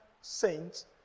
saints